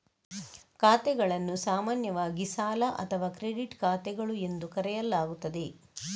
ಖಾತೆಗಳನ್ನು ಸಾಮಾನ್ಯವಾಗಿ ಸಾಲ ಅಥವಾ ಕ್ರೆಡಿಟ್ ಖಾತೆಗಳು ಎಂದು ಕರೆಯಲಾಗುತ್ತದೆ